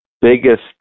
biggest